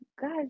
guys